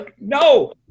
No